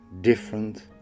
different